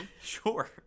Sure